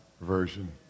version